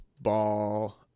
Ball